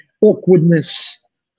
awkwardness